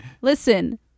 listen